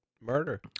murder